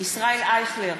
ישראל אייכלר,